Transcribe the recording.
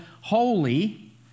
holy